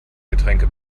getränke